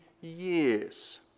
years